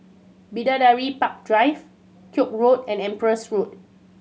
Bidadari Park Drive Koek Road and Empress Road